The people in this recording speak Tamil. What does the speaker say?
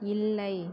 இல்லை